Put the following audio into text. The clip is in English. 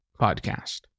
podcast